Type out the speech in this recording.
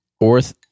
orth